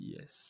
Yes